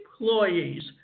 employees